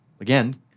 again